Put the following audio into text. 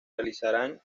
realizarán